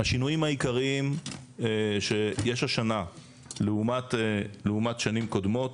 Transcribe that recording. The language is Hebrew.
השינויים העיקריים שיש השנה לעומת שנים קודמות